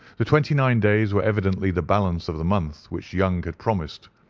the twenty-nine days were evidently the balance of the month which young had promised.